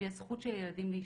היא הזכות של ילדים להשתתף.